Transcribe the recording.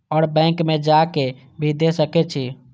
और बैंक में जा के भी दे सके छी?